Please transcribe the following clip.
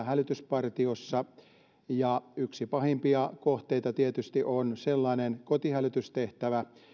hälytyspartiossa yksi pahimpia kohteita tietysti on sellainen kotihälytystehtävä